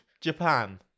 Japan